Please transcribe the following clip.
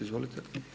Izvolite.